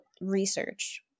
research